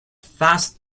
fast